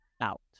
out